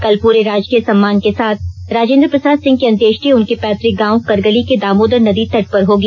कल पूरे राजकीय सम्मान के साथ राजेंद्र प्रसाद सिंह की अंत्येष्टि उनके पैतृक गांव करगली के दामोदर नदीं तट पर होगी